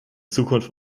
zukunft